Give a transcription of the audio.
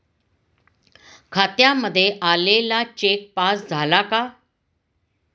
खात्यामध्ये आलेला cheque pass झाला का?